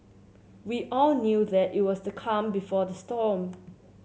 we all knew that it was the calm before the storm